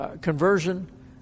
Conversion